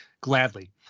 gladly